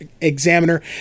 examiner